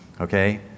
Okay